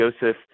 Joseph